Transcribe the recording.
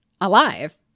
alive